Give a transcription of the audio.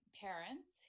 parents